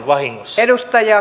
arvoisa puhemies